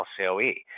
LCOE